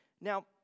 Now